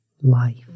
life